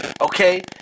okay